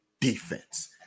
defense